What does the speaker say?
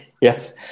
Yes